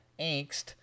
angst